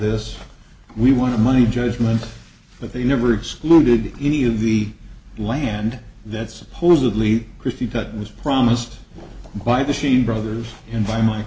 this we want money judgment but they never excluded any of the land that supposedly christie todd was promised by the sheen brothers environment